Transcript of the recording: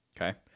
Okay